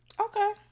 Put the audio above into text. okay